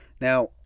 now